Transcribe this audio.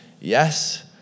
yes